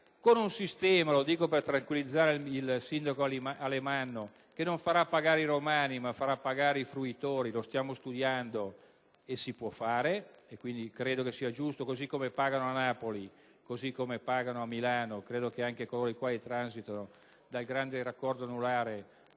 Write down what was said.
con un sistema - lo dico per tranquillizzare il sindaco Alemanno - che non farà pagare i romani ma farà pagare i fruitori; lo stiamo studiando e si può fare: penso sia giusto, così come pagano a Napoli e a Milano, anche per coloro i quali transitano sul Grande raccordo anulare.